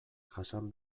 jasan